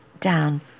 down